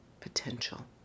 potential